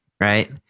right